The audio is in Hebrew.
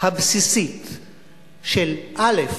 הבסיסית של, א.